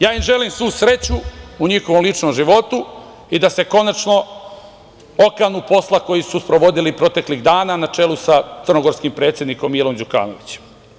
Ja im želim svu sreću u njihovom ličnom životu i da se konačno okanu posla koji su sprovodili proteklih dana na čelu sa crnogorskim predsednikom Milom Đukanovićem.